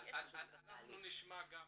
נשמע על